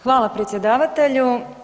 Hvala predsjedavatelju.